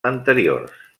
anteriors